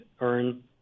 earn